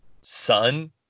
son